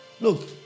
Look